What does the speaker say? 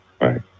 right